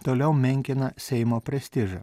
toliau menkina seimo prestižą